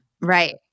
Right